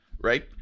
right